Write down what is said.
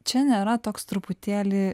čia nėra toks truputėlį